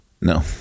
No